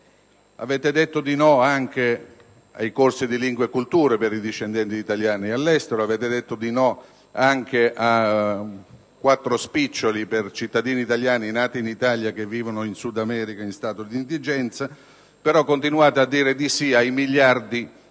Avete detto di no anche ai corsi di lingua e cultura per i discendenti di italiani all'estero; avete detto di no anche a quattro spiccioli per i cittadini italiani nati in Italia che vivono in Sud‑America in stato di indigenza, però continuate a dire di sì ai miliardi puliti